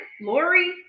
Lori